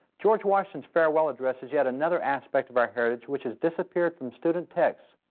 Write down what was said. george washington's farewell address is yet another aspect of our heritage, which has disappeared from student texts.